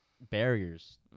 barriers